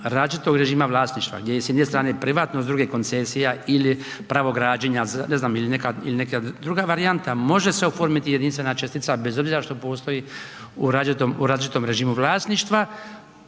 različitog režima vlasništva gdje je s jedne strane privatno, s druge koncesija ili pravo građenja, ne znam ili neka druga varijanta, može se oformiti jedinstvena čestica bez obzira što postoji u različitom režimu vlasništva